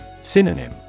Synonym